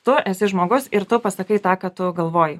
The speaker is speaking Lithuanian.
tu esi žmogus ir tu pasakai tą ką tu galvoji